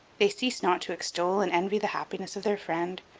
they ceased not to extol and envy the happiness of their friend,